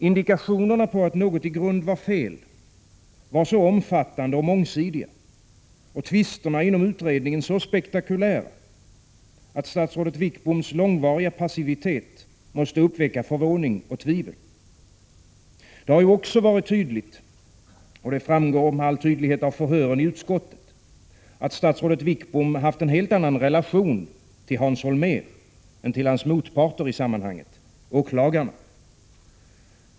Indikationerna på att något i grund var fel var så omfattande och mångsidiga och tvisterna inom utredningen så spektakulära, att statsrådet Wickboms långvariga passivitet måste väcka förvåning och tvivel. Det har ju också varit tydligt — och det framgår med all tydlighet av förhören i utskottet — att statsrådet Wickbom haft en helt annan relation till Hans Holmér än till hans motparter i sammanhanget, åklagarna.